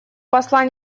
посла